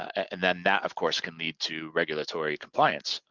and then that of course, can lead to regulatory compliance.